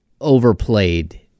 overplayed